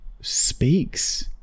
speaks